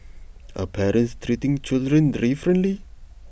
are parents treating children differently